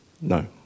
No